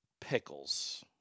pickles